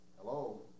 hello